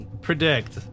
Predict